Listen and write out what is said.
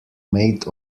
made